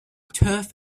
turf